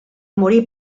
morir